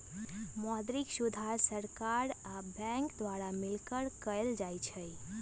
मौद्रिक सुधार सरकार आ बैंक द्वारा मिलकऽ कएल जाइ छइ